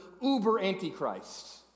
uber-Antichrist